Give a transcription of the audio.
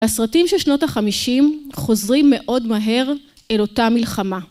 הסרטים של שנות החמישים חוזרים מאוד מהר אל אותה המלחמה.